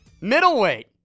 Middleweight